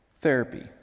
therapy